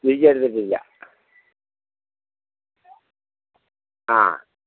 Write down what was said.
visa എടുത്തിട്ടില്ല ആ